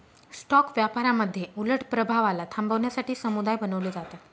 stock व्यापारामध्ये उलट प्रभावाला थांबवण्यासाठी समुदाय बनवले जातात